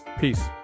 peace